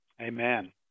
Amen